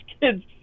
kid's